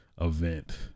event